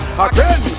Again